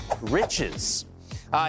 riches